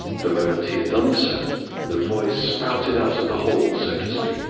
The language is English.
the moment he had done so the voice spouted out of the hole, so to speak,